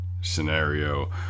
scenario